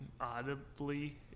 audibly